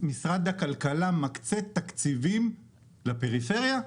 משרד הכלכלה מקצה תקציבים לפריפריה?